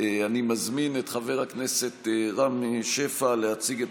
אני מזמין את חבר הכנסת רם שפע להציג את